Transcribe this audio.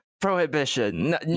prohibition